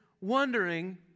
wondering